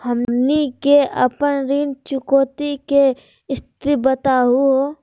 हमनी के अपन ऋण चुकौती के स्थिति बताहु हो?